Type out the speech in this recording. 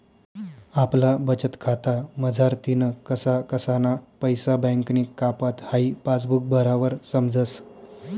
आपला बचतखाता मझारतीन कसा कसाना पैसा बँकनी कापात हाई पासबुक भरावर समजस